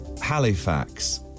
Halifax